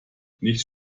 nicht